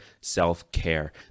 self-care